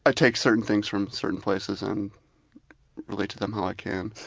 ah take certain things from certain places and relate to them how i can.